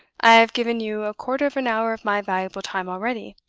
i have given you a quarter of an hour of my valuable time already.